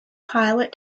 pilot